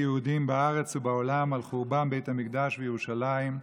ובעולם על חורבן בית המקדש וירושלים,